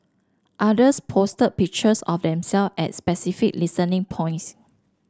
others posted pictures of themselves at specific listening points